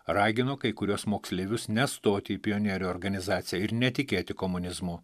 ragino kai kuriuos moksleivius nestoti į pionierių organizaciją ir netikėti komunizmu